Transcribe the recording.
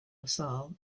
lasalle